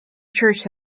church